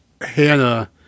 Hannah